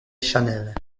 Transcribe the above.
channel